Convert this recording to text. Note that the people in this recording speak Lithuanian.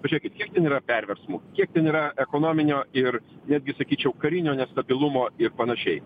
pažiūrėkit kiek ten yra perversmų kiek ten yra ekonominio ir netgi sakyčiau karinio nestabilumo ir panašiai